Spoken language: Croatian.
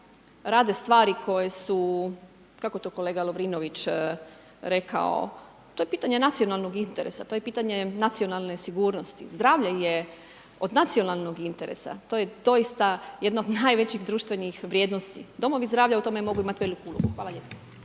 rade stvari koje su, kako to je kolega Lovrinović rekao, to je pitanje nacionalnog interesa, to je pitanje nacionalne sigurnosti. Zdravlje je od nacionalnog interesa. To je doista jedno od najvećih društvenih vrijednosti, domovi zdravlja u tome mogu imati ulogu. Hvala lijepo.